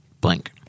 Blank